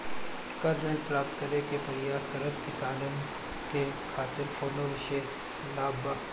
का ऋण प्राप्त करे के प्रयास करत किसानन के खातिर कोनो विशेष लाभ बा